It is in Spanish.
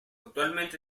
actualmente